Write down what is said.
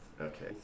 Okay